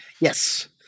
Yes